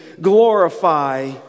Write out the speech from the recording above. glorify